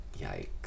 Yikes